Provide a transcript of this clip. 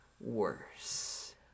worse